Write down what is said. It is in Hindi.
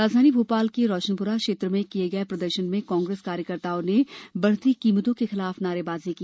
राजधानी भोपाल के रोशनपुरा क्षेत्र में किये गए प्रदर्शन में कांग्रेस कार्यकर्ताओं ने बढ़ती कीमतों के खिलाफ नारेबाजी की